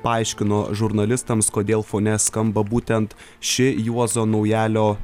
paaiškino žurnalistams kodėl fone skamba būtent ši juozo naujalio